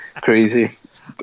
crazy